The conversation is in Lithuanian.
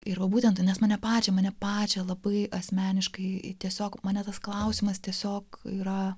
ir o būtent nes mane pačią mane pačią labai asmeniškai tiesiog mane tas klausimas tiesiog yra